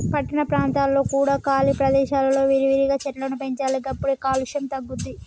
పట్టణ ప్రాంతాలలో కూడా ఖాళీ ప్రదేశాలలో విరివిగా చెట్లను పెంచాలి గప్పుడే కాలుష్యం తగ్గుద్ది